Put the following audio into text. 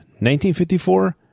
1954